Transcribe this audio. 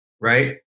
right